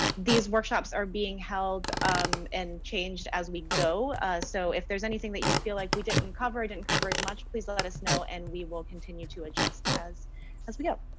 these workshops are being held um and changed as we go. so if there's anything that you feel like we didn't cover it and cover as much. please let us know and we will continue to adjust as as we go.